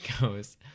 goes